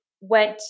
went